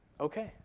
okay